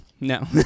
no